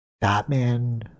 Batman